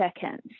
seconds